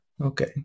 Okay